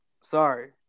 Sorry